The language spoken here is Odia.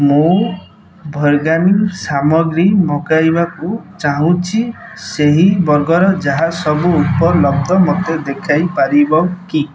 ମୁଁ ଭେଗାନ୍ ସାମଗ୍ରୀ ମଗାଇବାକୁ ଚାହୁଁଛି ସେହି ବର୍ଗରେ ଯାହା ସବୁ ଉପଲବ୍ଧ ମୋତେ ଦେଖାଇ ପାରିବ କି